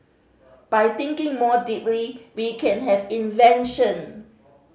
by thinking more deeply we can have invention